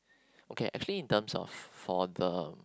okay actually in term of for the